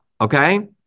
okay